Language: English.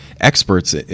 experts